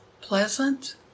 pleasant